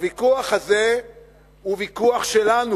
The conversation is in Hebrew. הוויכוח הזה הוא ויכוח שלנו,